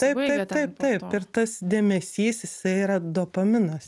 taip taip taip taip ir tas dėmesys jisai yra dopaminas